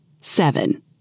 Seven